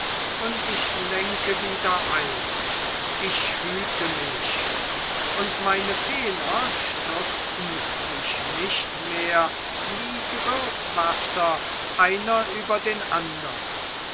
und ich lenke wieder ein ich hüte mich und meine fehler stürzen sich nicht mehr wie gebirgswasser einer über den andern